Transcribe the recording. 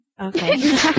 Okay